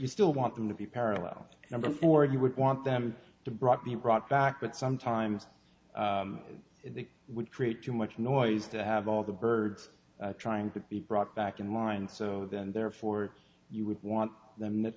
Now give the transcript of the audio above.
you still want them to be parallel and before you would want them to brought be brought back but sometimes it would create too much noise to have all the birds trying to be brought back in mind so therefore you would want them that